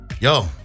Yo